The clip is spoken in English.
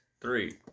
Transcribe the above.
Three